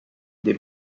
des